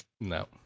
No